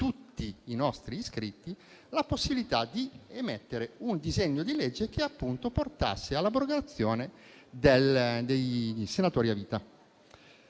tutti i nostri iscritti, la possibilità di proporre un disegno di legge che appunto portasse all'abrogazione dei senatori a vita.